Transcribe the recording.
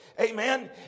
amen